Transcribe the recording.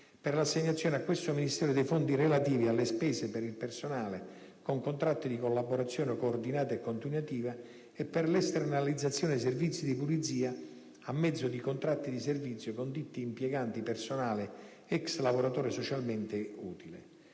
per l'assegnazione a questo Ministero dei fondi relativi alle spese per il personale con contratti di collaborazione coordinata e continuativa e per l'esternalizzazione dei servizi di pulizia a mezzo di contratti di servizio con ditte impieganti personale ex lavoratore socialmente utile.